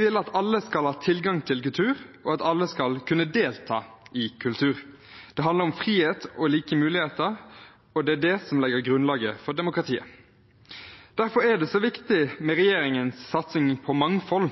vil at alle skal ha tilgang til kultur, og at alle skal kunne delta i kultur. Det handler om frihet og like muligheter, og det er det som legger grunnlaget for demokratiet. Derfor er det så viktig med regjeringens satsing på mangfold.